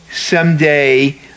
someday